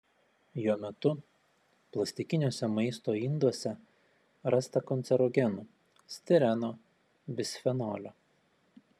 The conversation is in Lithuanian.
jo metu plastikiniuose maisto induose rasta kancerogenų stireno bisfenolio